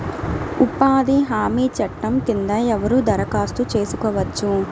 ఉపాధి హామీ చట్టం కింద ఎవరు దరఖాస్తు చేసుకోవచ్చు?